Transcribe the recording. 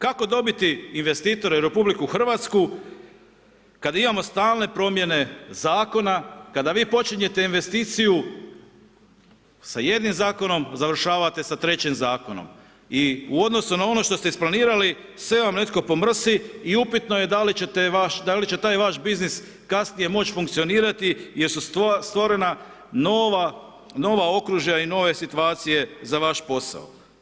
Kako dobiti investitore u RH kad imamo stalne promjene zakona, kada vi počinjete investiciju sa jednim zakonom, završavate sa trećim zakonom i u odnosu na ono što ste isplanirali, sve vam netko pomrsi i upitno je da li će taj vaš biznis kasnije moći funkcionirati jer su stvorena nova okružja i nove situacije za vaš posao.